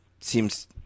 seems